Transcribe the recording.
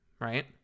right